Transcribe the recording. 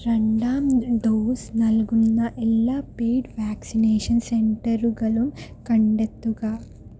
രണ്ടാം ഡോസ് നൽകുന്ന എല്ലാ പെയ്ഡ് വാക്സിനേഷൻ സെൻറ്ററുകളും കണ്ടെത്തുക